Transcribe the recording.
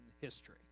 history